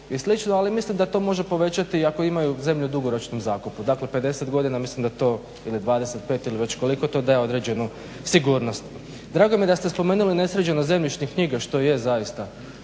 ali mislim da to može povećati ako imaju zemlju u dugoročnom zakupu, dakle 50 godina, mislim da to ili 25, ili već koliko to daje određenu sigurnost. Drago mi je da ste spomenuli nesređenost zemljišnih knjiga, što je zaista